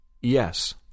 Yes